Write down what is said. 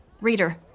Reader